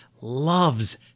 loves